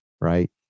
Right